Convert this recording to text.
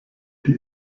die